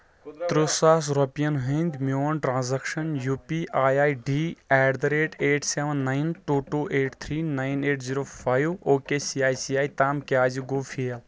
ترٕٛہ ساس رۄپِیَن ہُنٛد میون transaction U P I I D at the rate eight seven nine two two eight three nine eight zero five O K C I C I تام کیٛازِ گوٚو fail?